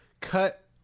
cut